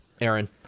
Aaron